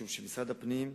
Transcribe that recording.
משום שמשרד הפנים,